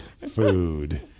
Food